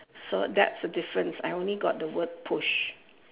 so that's the difference I only got the word push